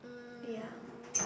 ya